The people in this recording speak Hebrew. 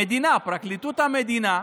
המדינה, פרקליטות המדינה,